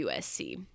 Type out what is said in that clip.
USC